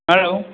hello